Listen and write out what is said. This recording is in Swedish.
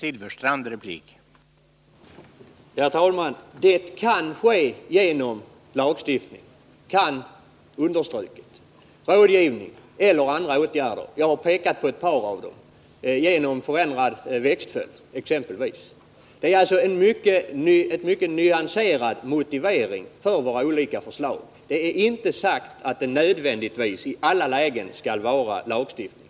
Herr talman! Det kan ske genom lagstiftning, rådgivning eller andra åtgärder. Jag har pekat på ett par av dessa. Det finns alltså en mycket nyanserad motivering för våra förslag. Jag har inte sagt att det är nödvändigt att i alla lägen tillgripa lagstiftning.